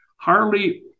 Harley